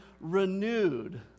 renewed